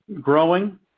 growing